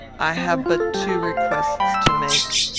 i have but two requests to make.